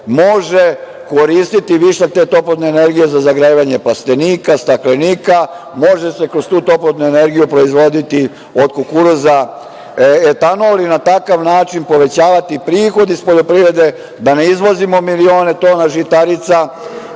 može koristiti višak te toplotne energije za zagrevanje plastenika, staklenika. Može se kroz tu toplotnu energiju proizvoditi od kukuruza etanol i na takav način povećavati prihod iz poljoprivrede, da ne izvozimo milione tona žitarica,